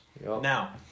Now